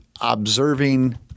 observing